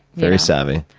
very savvy.